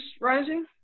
rising